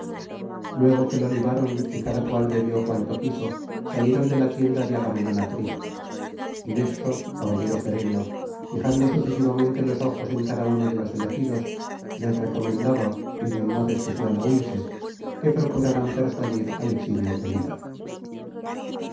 luego que lo libaron y cada cual bebió cuanto quiso salieron de la tienda de agamenón atrida y néstor caballero gerenio fijando sucesivamente los ojos en cada uno de los elegidos les recomendaba y de un modo especial á ulises que procuraran persuadir al eximio pelida